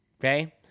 Okay